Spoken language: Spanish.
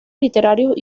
literarios